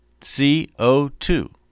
CO2